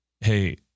Hey